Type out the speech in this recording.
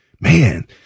man